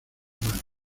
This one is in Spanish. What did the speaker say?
manos